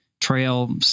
Trail